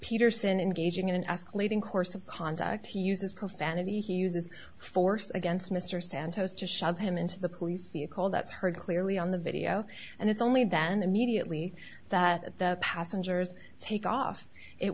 peterson engaging in an escalating course of conduct he uses profanity he uses force against mr santos to shove him into the police vehicle that's heard clearly on the video and it's only then immediately that the passengers take off it